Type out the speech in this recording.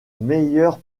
meilleure